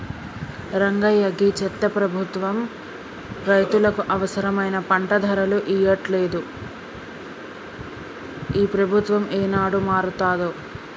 రంగయ్య గీ చెత్త ప్రభుత్వం రైతులకు అవసరమైన పంట ధరలు ఇయ్యట్లలేదు, ఈ ప్రభుత్వం ఏనాడు మారతాదో